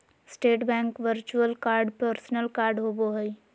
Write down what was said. state bank virtual card personal card होबो हइ